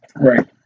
Right